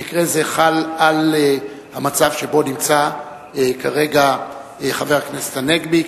במקרה זה חל על המצב שבו נמצא כרגע חבר הכנסת הנגבי,